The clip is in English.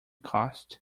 cost